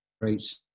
great